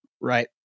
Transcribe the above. right